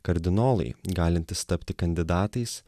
kardinolai galintys tapti kandidatais